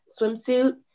swimsuit